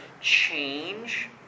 change